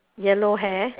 yellow hair